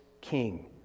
King